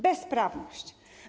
Bezprawność.